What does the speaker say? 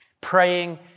Praying